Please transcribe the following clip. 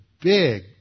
big